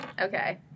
Okay